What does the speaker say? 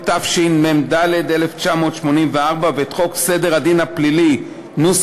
התשמ"ד 1984, ואת חוק סדר הדין הפלילי ,